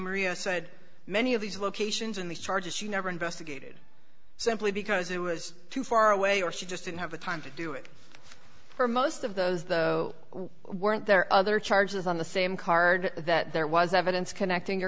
maria said many of these locations in the charges she never investigated simply because it was too far away or she just didn't have the time to do it or most of those the weren't there other charges on the same card that there was evidence connecting your